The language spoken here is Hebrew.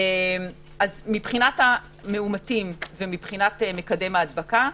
מבחינת המאומתים ומקדם ההדבקה,